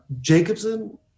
Jacobson